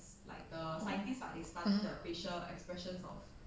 ah